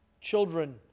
Children